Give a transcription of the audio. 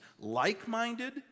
Like-minded